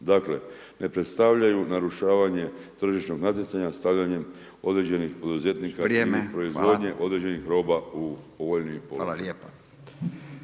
Dakle ne predstavljaju narušavanje tržišnog natjecanja stavljanjem određenih poduzetnika ili proizvodnje određenih roba u povoljniji položaj. **Radin,